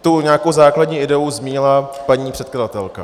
Nějakou základní ideu zmínila paní předkladatelka.